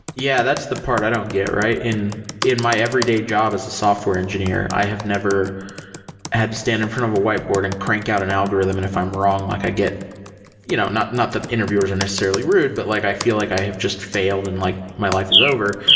yeah, that's the part i don't get it, right? in in my every day job as a software engineer, i have never had to stand in front of a whiteboard and crank out an algorithm, and if i'm wrong, like i get you know not that interviewers are necessarily rude, but like i feel like i have just failed and like my life is over.